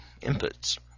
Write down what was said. inputs